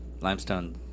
Limestone